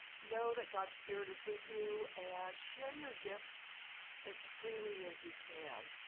know that god's spirit is with you, and share your gifts as freely as you can.